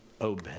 obey